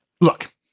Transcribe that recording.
Look